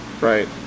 right